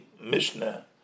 Mishnah